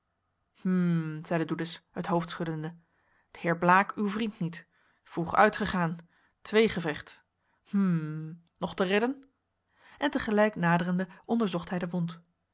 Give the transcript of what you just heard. zeide doedes het hoofd schuddende de heer blaek uw vriend niet vroeg uitgegaan tweegevecht hm nog te redden en te gelijk naderende onderzocht hij de wond